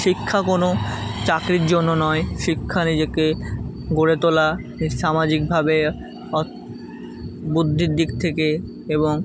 শিক্ষা কোনো চাকরির জন্য নয় শিক্ষা নিজেকে গড়ে তোলা ইস সামাজিকভাবে অথ বুদ্ধির দিক থেকে এবং